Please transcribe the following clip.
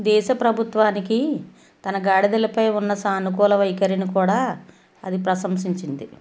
దేశ ప్రభుత్వానికి తన గాడిదలపై ఉన్న సానుకూల వైఖరిని కూడా అది ప్రశంసించింది